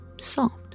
soft